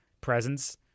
presence